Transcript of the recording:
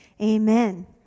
Amen